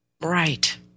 right